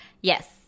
Yes